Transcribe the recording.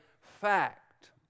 fact